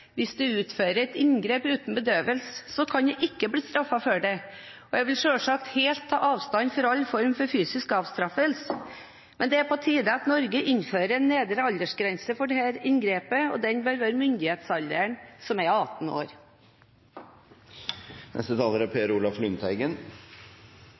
Hvis en utfører et inngrep uten bedøvelse, kan en ikke bli straffet for det. Jeg vil selvsagt ta helt avstand fra all form for fysisk avstraffelse, men det er på tide at Norge innfører en nedre aldersgrense for dette inngrepet, og den bør være den samme som myndighetsalderen, som er 18 år. Dette er